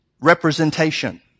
representation